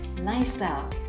lifestyle